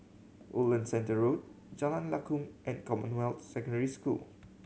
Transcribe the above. Woodland Centre Road Jalan Lakum and Commonwealth Secondary School